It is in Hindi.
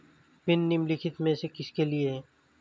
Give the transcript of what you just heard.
पिन निम्नलिखित में से किसके लिए है?